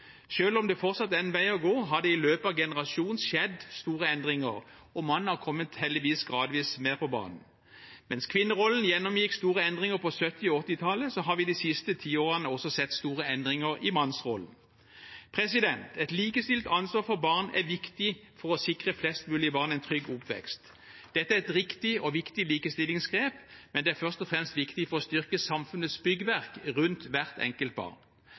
om det fortsatt er en vei å gå, har det i løpet av en generasjon skjedd store endringer, og mannen har heldigvis kommet gradvis mer på banen. Mens kvinnerollen gjennomgikk store endringer på 1970- og 1980-tallet, har vi de siste tiårene også sett store endringer i mannsrollen. Et likestilt ansvar for barn er viktig for å sikre flest mulig barn en trygg oppvekst. Dette er et riktig og viktig likestillingsgrep, men det er først og fremst viktig for å styrke samfunnets byggverk rundt hvert enkelt barn.